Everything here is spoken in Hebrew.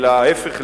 אלא להיפך,